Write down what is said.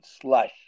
slush